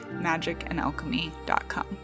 magicandalchemy.com